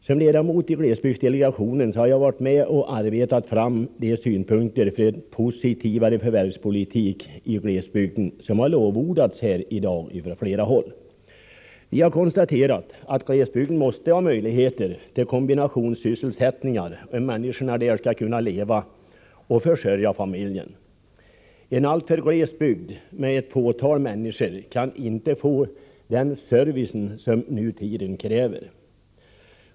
Som ledamot i glesbygdsdelegationen har jag varit med och arbetat fram de synpunkter för positivare förvärvspolitik i glesbygden som här i dag har lovordats från flera håll. Vi har konstaterat att det i glesbygden måste finnas möjligheter till kombinationssysselsättningar om människorna där skall kunna leva och försörja sin familj. En alltför gles bygd, med ett fåtal människor, kan inte få den service som nutiden kräver.